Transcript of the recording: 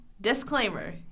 disclaimer